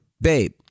babe